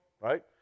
right